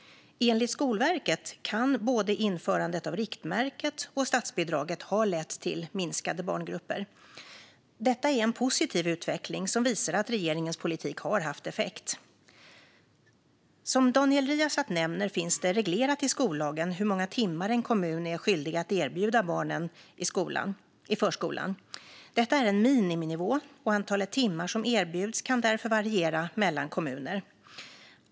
Enligt Skolverket kan både införandet av riktmärket och statsbidraget ha lett till minskade barngrupper. Detta är en positiv utveckling som visar att regeringens politik har haft effekt. Som Daniel Riazat nämner finns det reglerat i skollagen hur många timmar en kommun är skyldig att erbjuda barnen i förskolan. Detta är en miniminivå, och antalet timmar som erbjuds kan därför variera mellan kommuner.